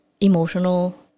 emotional